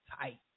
tight